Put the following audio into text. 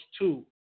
two